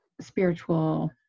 spiritual